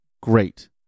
great